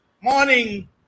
morning